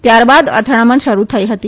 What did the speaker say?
ત્યારબાદ અથડામણ શરૂ થઈ હતી